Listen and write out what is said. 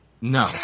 No